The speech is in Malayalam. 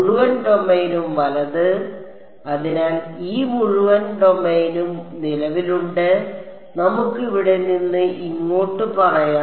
മുഴുവൻ ഡൊമെയ്നും വലത് അതിനാൽ ഈ മുഴുവൻ ഡൊമെയ്നും നിലവിലുണ്ട് നമുക്ക് ഇവിടെ നിന്ന് ഇങ്ങോട്ട് പറയാം